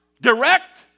direct